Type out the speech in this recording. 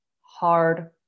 hard